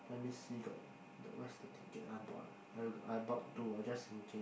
let me see got the where's the picture I bought ah I I bought two ju~ just in case